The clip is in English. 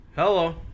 Hello